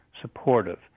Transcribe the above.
supportive